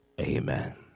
Amen